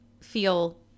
feel